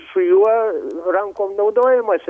su juo rankom naudojamasi